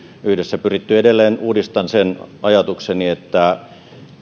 yhdessä pyritty edelleen uudistan sen ajatukseni että